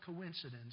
coincidence